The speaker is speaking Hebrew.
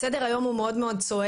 סדר היום הוא מאוד סוער,